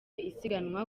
isiganwa